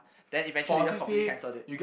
then eventually we just completely cancelled it